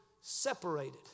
separated